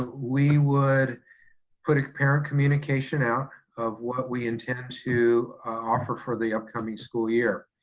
we would put a parent communication out of what we intend to offer for the upcoming school year.